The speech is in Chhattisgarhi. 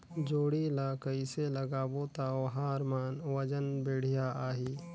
जोणी ला कइसे लगाबो ता ओहार मान वजन बेडिया आही?